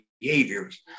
behaviors